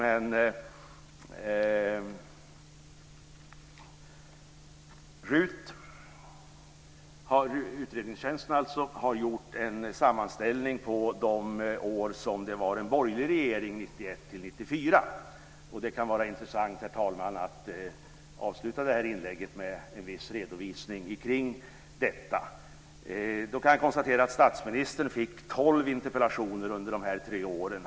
Men RUT, Utredningstjänsten, har gjort en sammanställning från de år då det var en borgerlig regering 1991-1994. Det kan, herr talman, vara intressant att avsluta detta inlägg med en viss redovisning av detta. Jag kan konstatera att statsminister Carl Bildt fick tolv interpellationer under dessa tre år.